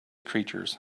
creatures